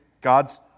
God's